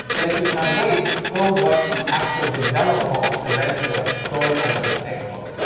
but if you can't wait, go watch the actual developer of serenity os going over this exploit,